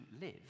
live